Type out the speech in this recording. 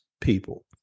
people